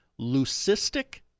leucistic